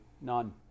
None